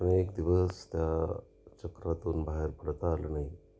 अनेक दिवस त्या चक्रातून बाहेर पडता आलं नाही